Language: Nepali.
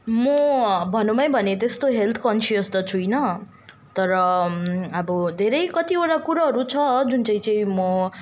म भनौँ नै भने त्यस्तो हेल्थ कन्सियस त छुइनँ तर अब धेरै कतिवटा कुराहरू छ जुन चाहिँ चाहिँ म